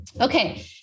Okay